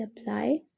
apply